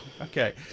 Okay